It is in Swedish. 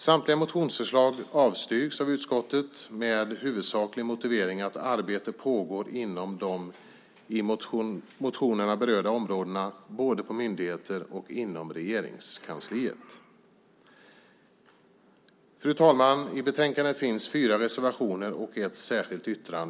Samtliga motionsförslag avstyrks av utskottet med den huvudsakliga motiveringen att arbete pågår inom de i motionerna berörda områdena både på myndigheter och inom Regeringskansliet. Fru talman! I betänkandet finns fyra reservationer och ett särskilt yttrande.